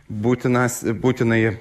būtinas būtinąjį